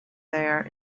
there